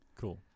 cool